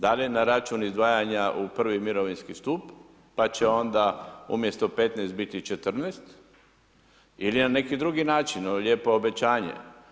Da li na račun izdvajanja u prvi mirovinski stup pa će onda umjesto 15 biti 14 ili na neki drugi način, ovo je lijepo obećanje.